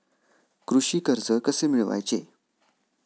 कृषी कर्ज कसे मिळवायचे?